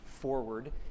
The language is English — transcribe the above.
forward